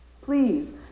Please